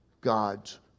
God's